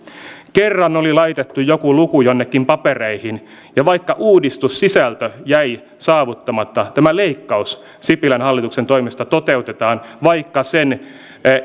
kerran oli laitettu joku luku jonnekin papereihin ja vaikka uudistussisältö jäi saavuttamatta tämä leikkaus sipilän hallituksen toimesta toteutetaan vaikka